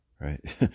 right